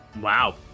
Wow